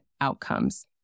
outcomes